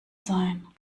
sein